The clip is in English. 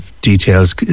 details